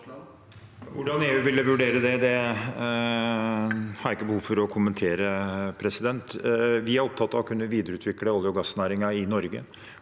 Hvordan EU vil- le vurdere det, har jeg ikke behov for å kommentere. Vi er opptatt av å kunne videreutvikle olje- og gassnæringen i Norge.